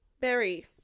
Berry